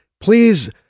Please